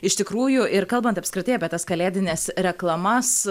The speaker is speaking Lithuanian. iš tikrųjų ir kalbant apskritai apie tas kalėdines reklamas